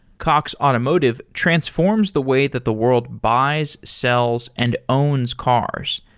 cox automotive transforms the way that the world buys, sells and owns cars.